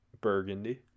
Burgundy